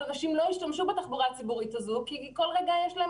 אנשים לא ישתמשו בתחבורה הציבורית הזו כל רגע יש להם